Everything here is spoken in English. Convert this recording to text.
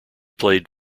played